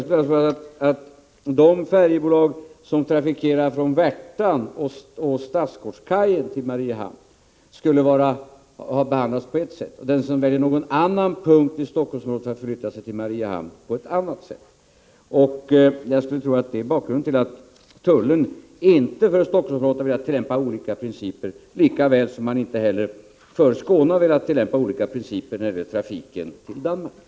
Skulle de färjebolag som trafikerar Mariehamn från Värtan och Stadsgårdskajen ha behandlats på ett sätt och den som väljer någon annan punkt i Helsingforssområdet för att förflytta sig till Mariehamn på ett annat? Jag skulle tro att det är bakgrunden till att tullen för Helsingforssområdet inte har velat tillämpa olika principer lika väl som man inte heller för Skåne har velat tillämpa olika principer när det gäller trafiken till Danmark.